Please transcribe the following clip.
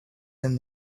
then